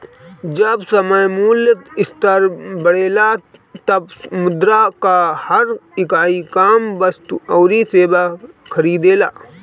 जब सामान्य मूल्य स्तर बढ़ेला तब मुद्रा कअ हर इकाई कम वस्तु अउरी सेवा खरीदेला